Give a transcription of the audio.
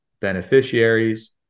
beneficiaries